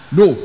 No